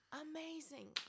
Amazing